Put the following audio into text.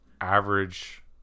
average